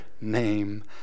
name